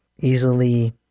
easily